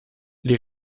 les